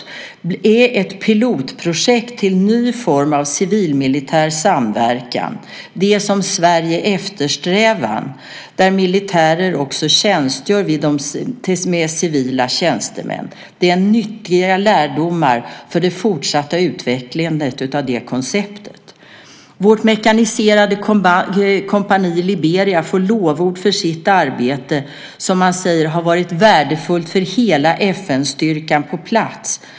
Det är ett pilotprojekt för en ny form av civil-militär samverkan, något som Sverige eftersträvar, där militärer tjänstgör med civila tjänstemän. Det ger nyttiga lärdomar för det fortsatta utvecklandet av detta koncept. Vårt mekaniserade kompani i Liberia får lovord för sitt arbete, som man säger har varit värdefullt för hela FN-styrkan på plats.